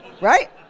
right